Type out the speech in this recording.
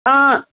ஆ